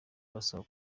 abasaba